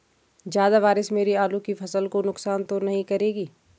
ज़्यादा बारिश मेरी आलू की फसल को नुकसान तो नहीं करेगी?